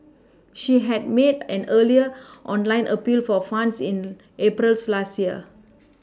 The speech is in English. she had made an earlier online appeal for funds in April's last year